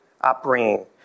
upbringing